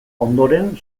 ondoren